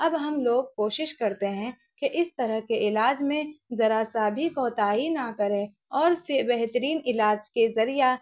اب ہم لوگ کوشش کرتے ہیں کہ اس طرح کے علاج میں ذرا سا بھیی کوتاہی نہ کریں اور پھر بہترین علاج کے ذریعہ